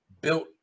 built